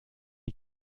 die